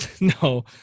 No